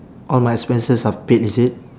all my expenses are paid is it